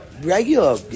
regular